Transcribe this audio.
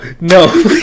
no